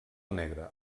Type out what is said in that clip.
negre